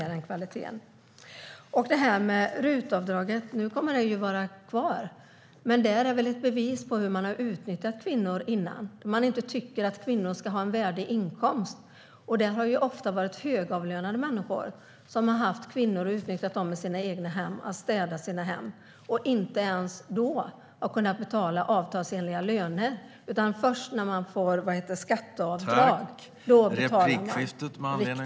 RUT-avdraget kommer att vara kvar. Här har man ju utnyttjat kvinnor förut och tyckt att kvinnor inte ska ha en värdig inkomst. Ofta har det varit högavlönade människor som har utnyttjat kvinnor till att städa sin hem. Först när de fick skatteavdrag kunde de börja betala avtalsenliga löner.